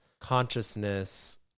consciousness